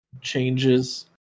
changes